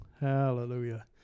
Hallelujah